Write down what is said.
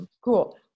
cool